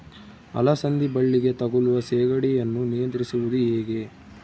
ಅಲಸಂದಿ ಬಳ್ಳಿಗೆ ತಗುಲುವ ಸೇಗಡಿ ಯನ್ನು ನಿಯಂತ್ರಿಸುವುದು ಹೇಗೆ?